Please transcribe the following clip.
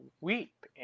weep